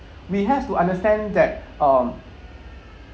we have to understand that um